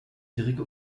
jährige